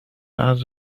add